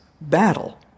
battle